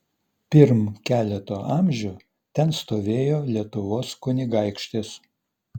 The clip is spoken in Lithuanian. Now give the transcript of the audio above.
pirm keleto amžių ten stovėjo lietuvos kunigaikštis